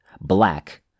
black